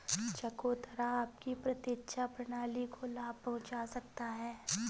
चकोतरा आपकी प्रतिरक्षा प्रणाली को लाभ पहुंचा सकता है